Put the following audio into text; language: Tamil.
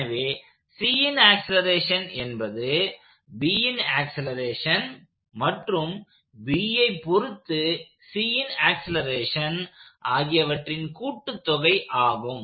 எனவே Cன் ஆக்சலேரேஷன் என்பது Bன் ஆக்சலேரேஷன் மற்றும் Bஐ பொருத்து Cன் ஆக்சலேரேஷன் ஆகியவற்றின் கூட்டு தொகை ஆகும்